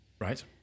Right